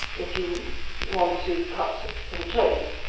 if you want to cut to the chase,